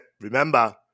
Remember